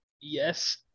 Yes